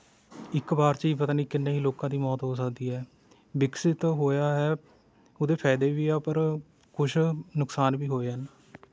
ਇੱਕ ਵਾਰ 'ਚ ਹੀ ਪਤਾ ਨਹੀਂ ਕਿੰਨੇ ਹੀ ਲੋਕਾਂ ਦੀ ਮੌਤ ਹੋ ਸਕਦੀ ਹੈ ਵਿਕਸਤ ਹੋਇਆ ਹੈ ਉਹਦੇ ਫਾਇਦੇ ਵੀ ਆ ਪਰ ਕੁਛ ਨੁਕਸਾਨ ਵੀ ਹੋਏ ਹਨ